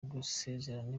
gusezerana